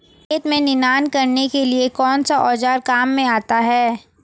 खेत में निनाण करने के लिए कौनसा औज़ार काम में आता है?